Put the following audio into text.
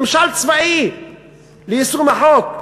ממשל צבאי ליישום החוק.